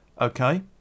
okay